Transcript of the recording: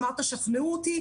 ביקשת שנשכנע אותך,